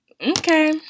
Okay